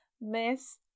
Miss